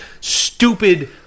stupid